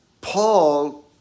Paul